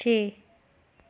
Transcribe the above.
छे